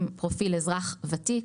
עם פרופיל אזרח ותיק.